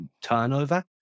turnover